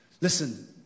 Listen